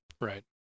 right